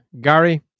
Gary